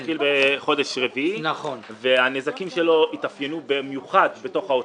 הוא התחיל בחודש אפריל והנזקים שלו התאפיינו במיוחד בתוך העוטף,